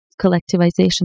collectivization